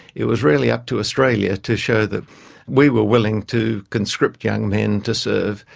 it was really up to australia to show that we were willing to conscript young men to serve,